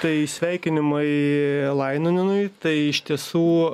tai sveikinimai lainonenui tai iš tiesų